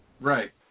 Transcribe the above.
Right